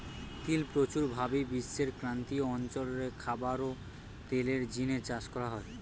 তিল প্রচুর ভাবি বিশ্বের ক্রান্তীয় অঞ্চল রে খাবার ও তেলের জিনে চাষ করা হয়